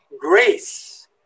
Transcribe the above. grace